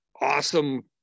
awesome